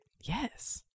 Yes